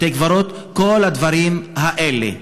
בתי-קברות, כל הדברים האלה.